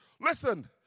listen